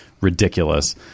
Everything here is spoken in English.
ridiculous